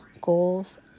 Goals